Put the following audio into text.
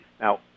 Now